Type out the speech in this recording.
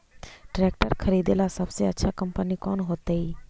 Tractor खरीदेला सबसे अच्छा कंपनी कौन होतई?